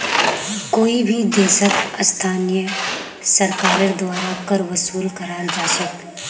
कोई भी देशत स्थानीय सरकारेर द्वारा कर वसूल कराल जा छेक